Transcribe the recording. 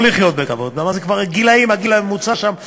לא לחיות בכבוד, כי הגיל הממוצע שם 87-86,